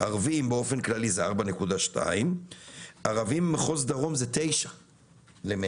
ערבים באופן כללי זה 4.2. ערבים ממחוז דרום זה תשע ל-100,000.